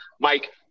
Mike